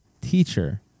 teacher